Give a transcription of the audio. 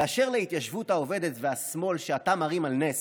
ואשר להתיישבות העובדת והשמאל שאתה מרים על נס,